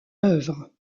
œuvre